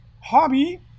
hobby